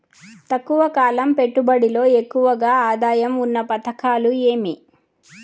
తక్కువ కాలం పెట్టుబడిలో ఎక్కువగా ఆదాయం ఉన్న పథకాలు ఏమి?